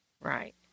Right